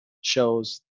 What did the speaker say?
shows